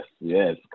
Yes